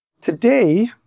Today